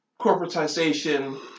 corporatization